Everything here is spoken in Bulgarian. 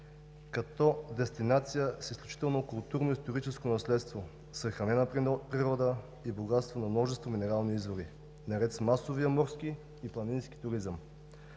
като дестинация с изключително културно и историческо наследство, съхранена природа и богатство на множество минерални извори, наред с масовия морски и планински туризъм.